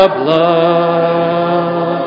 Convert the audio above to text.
blood